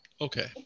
Okay